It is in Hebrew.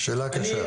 שאלה קשה.